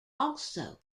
also